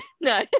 No